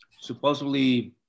supposedly